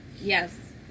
Yes